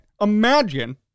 Imagine